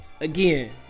again